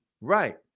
Right